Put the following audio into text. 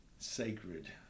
sacred